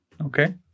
okay